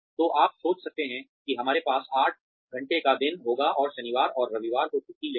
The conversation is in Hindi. तो आप सोच सकते हैं कि हमारे पास आठ घंटे का दिन होगा और शनिवार और रविवार को छुट्टी लेंगे